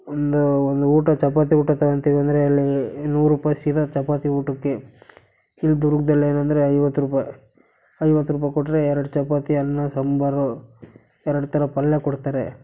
ಒಂದು ಒಂದು ಊಟ ಚಪಾತಿ ಊಟ ತಗಂತೀವಿ ಅಂದರೆ ಅಲ್ಲಿ ನೂರು ರೂಪಾಯಿ ಸಿಗೋ ಚಪಾತಿ ಊಟಕ್ಕೆ ಇಲ್ಲಿ ದುರ್ಗದಲ್ಲೇನಂದ್ರೆ ಐವತ್ತು ರೂಪಾಯಿ ಐವತ್ತು ರೂಪಾಯಿ ಕೊಟ್ಟರೆ ಎರಡು ಚಪಾತಿ ಅನ್ನ ಸಾಂಬಾರು ಎರಡು ಥರ ಪಲ್ಯ ಕೊಡ್ತಾರೆ